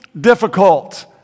difficult